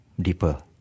deeper